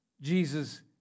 Jesus